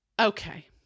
Okay